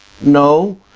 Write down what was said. No